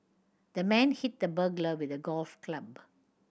the man hit the burglar with a golf club